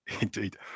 Indeed